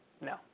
No